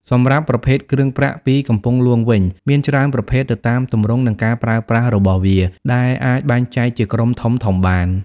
សម្រាប់ប្រភេទគ្រឿងប្រាក់ពីកំពង់ហ្លួងវិញ មានច្រើនប្រភេទទៅតាមទម្រង់និងការប្រើប្រាស់របស់វា ដែលអាចបែងចែកជាក្រុមធំៗបាន។